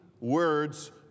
words